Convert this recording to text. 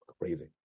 crazy